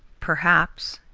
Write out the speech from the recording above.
perhaps,